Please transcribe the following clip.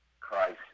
Christ